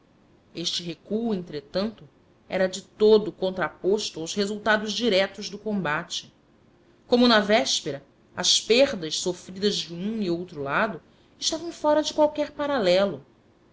este recuo entretanto era de todo contraposto aos resultados diretos do combate como na véspera as perdas sofridas de um e outro lado estavam fora de qualquer paralelo